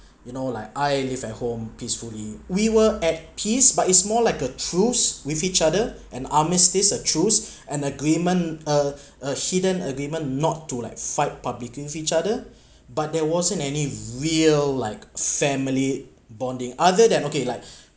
you know like I live at home peacefully we were at peace but it's more like a truce with each other and I mean this is a truce and agreement a a hidden agreement not to like fight publicly with each other but there wasn't any real like family bonding other than okay like